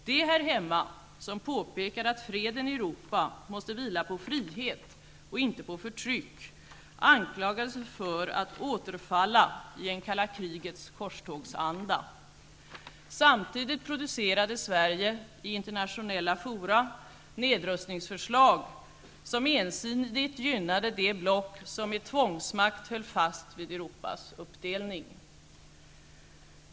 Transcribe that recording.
De här hemma som påpekade att freden i Europa måste vila på frihet och inte på förtryck anklagades för att återfalla i en kalla krigets korstågsanda. Samtidigt producerade Sverige i internationella fora nedrustningsförslag som ensidigt gynnade det block som med tvångsmakt höll fast vid Europas uppdelning.